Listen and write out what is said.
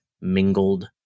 mingled